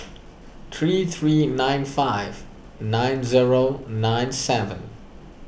three three nine five nine zero nine seven